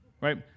Right